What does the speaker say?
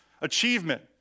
achievement